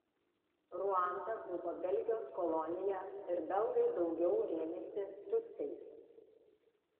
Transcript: ruanda buvo belgijos kolonija ir belgai daugiau rėmėsi tutsiais